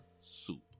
soup